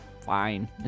fine